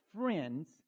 friends